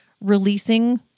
releasing